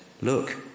look